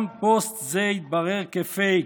גם פוסט זה התברר כפייק,